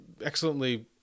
excellently